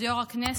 כבוד יו"ר הכנסת,